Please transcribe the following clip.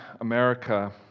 America